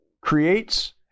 creates